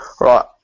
Right